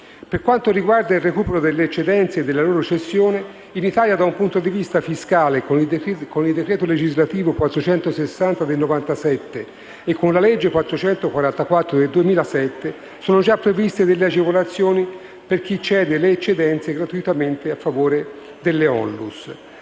Per quanto riguarda il recupero delle eccedenze e della loro cessione, in Italia da un punto di vista fiscale, con il decreto legislativo n. 460 del 1997 e con la legge n. 444 del 2007, sono previste delle agevolazioni per chi cede gratuitamente le eccedenze a favore delle ONLUS.